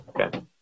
Okay